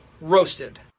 Roasted